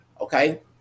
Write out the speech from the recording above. okay